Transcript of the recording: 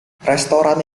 restoran